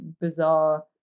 bizarre